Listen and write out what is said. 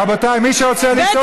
רבותיי, מי שרוצה לצעוק, יצא החוצה.